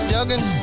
Duggan